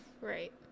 right